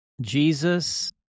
Jesus